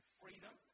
freedom